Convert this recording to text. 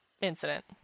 incident